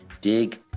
Dig